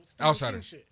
Outsiders